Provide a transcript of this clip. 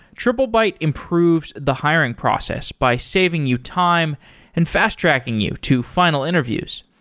triplebyte improves the hiring process by saving you time and fast-tracking you to final interviews.